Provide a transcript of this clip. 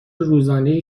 روزانهای